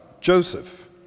Joseph